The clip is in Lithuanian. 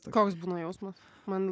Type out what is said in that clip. koks būna jausmas man